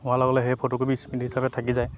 হোৱাৰ লগে লগে সেই ফটোকপি স্মৃতি হিচাপে থাকি যায়